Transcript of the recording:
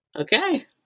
Okay